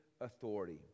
authority